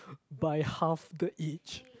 by half the age